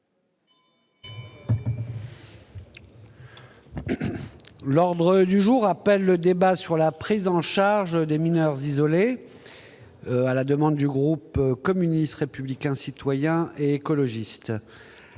L'ordre du jour appelle le débat sur la prise en charge des mineurs isolés, organisé à la demande du groupe communiste républicain citoyen et écologiste.